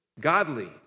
Godly